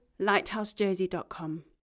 lighthousejersey.com